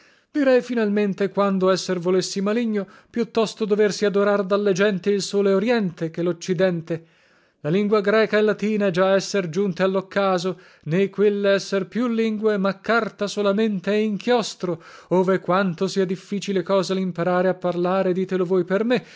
direi finalmente quando esser volessi maligno più tosto doversi adorar dalle genti il sole oriente che loccidente la lingua greca e latina già esser giunte alloccaso né quelle esser più lingue ma carta solamente e inchiostro ove quanto sia difficile cosa limparare a parlare ditelo voi per me